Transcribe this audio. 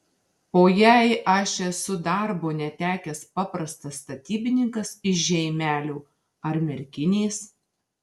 o jei aš esu darbo netekęs paprastas statybininkas iš žeimelio ar merkinės